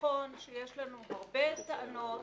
ונכון שיש לנו הרבה מאוד טענות